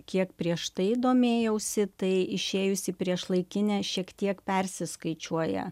kiek prieš tai domėjausi tai išėjus į priešlaikinę šiek tiek persiskaičiuoja